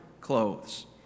clothes